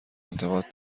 انتقاد